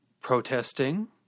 protesting